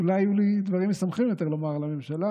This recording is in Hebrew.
אולי יהיו לי דברים משמחים יותר לומר על הממשלה.